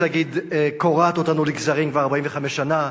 להגיד קורעת אותנו לגזרים כבר 45 שנה,